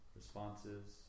responses